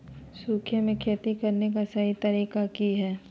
सूखे में खेती करने का सही तरीका की हैय?